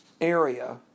area